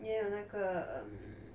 你有那个 mm